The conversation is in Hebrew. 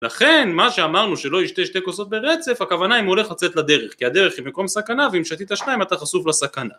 לכן, מה שאמרנו שלא ישתה שתי כוסות ברצף, הכוונה אם הוא הולך לצאת לדרך, כי הדרך היא מקום סכנה, ואם שתית שתיים אתה חשוף לסכנה